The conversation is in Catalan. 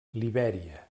libèria